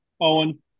Owen